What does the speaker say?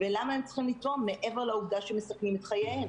ולמה הם צריכים לתרום מעבר לעובדה שהם מסכנים את חייהם.